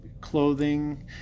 clothing